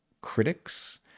critics